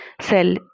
cell